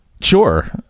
Sure